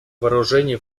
вооружений